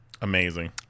Amazing